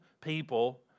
people